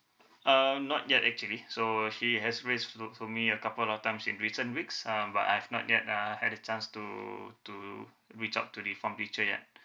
uh not yet actually so she has raise to to me a couple of times in recent weeks uh but I've not yet uh had the chance to to reach out to the form teacher yet